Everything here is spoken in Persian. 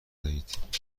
دهید